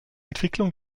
entwicklung